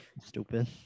Stupid